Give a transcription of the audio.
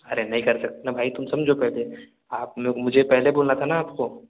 अरे नहीं कर सकते ना भाई तुम समझो पहले आप लो मुझे पहले बोला था ना आपको